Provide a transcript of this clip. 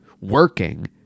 working